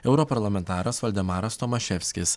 europarlamentaras valdemaras tomaševskis